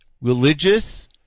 religious